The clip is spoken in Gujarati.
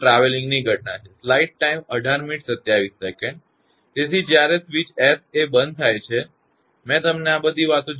તેથી જ્યારે સ્વીચ એસ એ બંધ થાય છે મેં તમને આ બધી વાતો જણાવી હતી